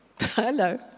Hello